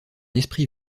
esprit